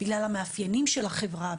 בגלל המאפיינים של החברה,